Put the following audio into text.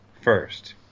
first